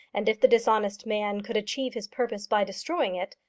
and if the dishonest man could achieve his purpose by destroying it,